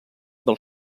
del